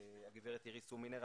הגב' אירוס הומינר.